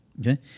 Okay